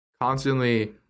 constantly